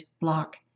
block